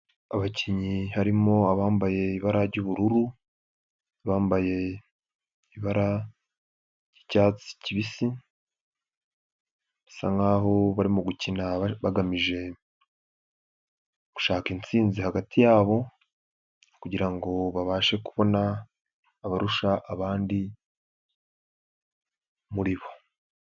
Abakinnyi harimo abambaye ibara ry'ubururu. Abambaye ibara ry'cyatsi kibisi, basa nkaho barimo gukina bagamije gushaka insinzi hagati yabo kugira ngo babashe kubona abarusha abandi muri bo.